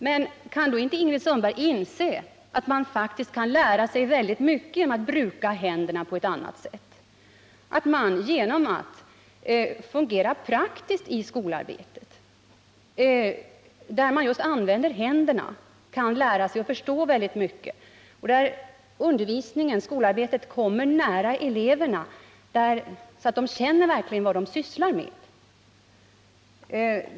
Men kan då Ingrid Sundberg inte inse att man faktiskt kan lära sig väldigt mycket genom att bruka händerna på ett annat sätt, genom att fungera praktiskt i skolarbetet, där man just använder händerna för att skapa. Skolarbetet kan därigenom komma nära eleverna, så att eleverna kan finna det meningsfullt.